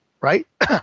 right